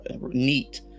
neat